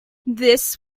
this